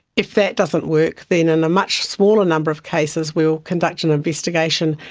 if that doesn't work, then in a much smaller number of cases we will conduct an investigation,